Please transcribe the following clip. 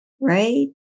right